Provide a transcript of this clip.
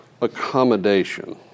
accommodation